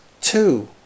Two